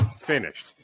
finished